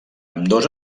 ambdós